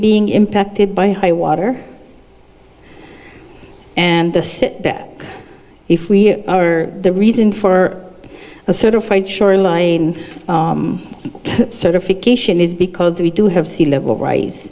being impacted by high water and the said that if we are the reason for a certified shoreline certification is because we do have sea level ri